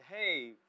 hey